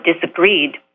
disagreed